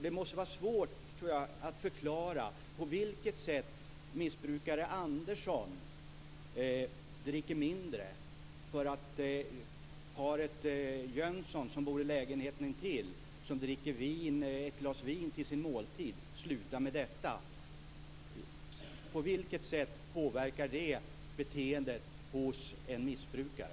Det måste vara svårt att förklara på vilket sätt missbrukare Andersson dricker mindre för att paret Jönsson, som bor i lägenheten intill, slutar med att dricka ett glas vin till sin måltid. På vilket sätt påverkar det beteendet hos en missbrukare?